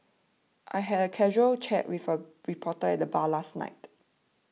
I had a casual chat with a reporter at bar last night